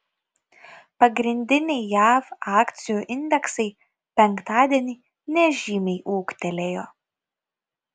pagrindiniai jav akcijų indeksai penktadienį nežymiai ūgtelėjo